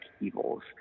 evils